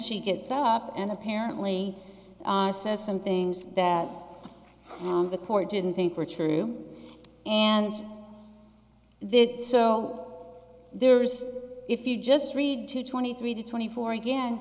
she gets up and apparently says some things that the court didn't think were true and they're so there's if you just read to twenty three to twenty four again